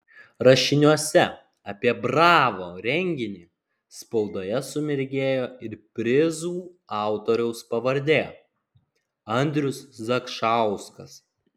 rašiniuose apie bravo renginį spaudoje sumirgėjo ir prizų autoriaus pavardė andrius zakšauskas